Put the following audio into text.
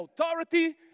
authority